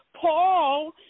Paul